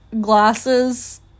glasses